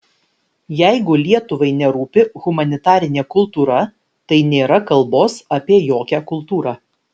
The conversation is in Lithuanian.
jeigu lietuvai nerūpi humanitarinė kultūra tai nėra kalbos apie jokią kultūrą